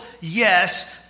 yes